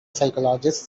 psychologist